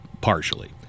Partially